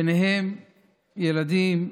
ובהם של ילדים,